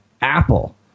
Apple